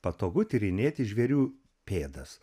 patogu tyrinėti žvėrių pėdas